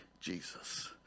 Jesus